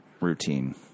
routine